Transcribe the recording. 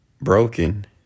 broken